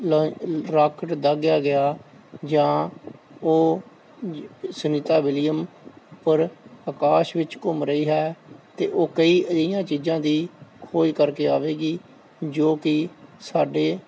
rocket ਦਾਗਿਆ ਗਿਆ ਜਾਂ ਉਹ ਸੁਨੀਤਾ ਵਿਲੀਅਮ ਔਰ ਆਕਾਸ਼ ਵਿੱਚ ਘੁੰਮ ਰਹੀ ਹੈ ਤੇ ਉਹ ਕਈ ਅਜਿਹੀਆਂ ਚੀਜ਼ਾਂ ਦੀ ਖੋਜ ਕਰਕੇ ਆਵੇਗੀ ਜੋ ਕਿ ਸਾਡੇ